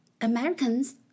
Americans